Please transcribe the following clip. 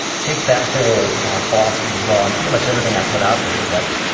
take that whole philosophy as well, and pretty much everything i put out there is like,